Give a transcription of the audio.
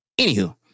Anywho